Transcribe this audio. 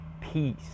peace